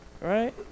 right